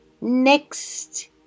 next